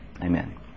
Amen